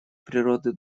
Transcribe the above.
природы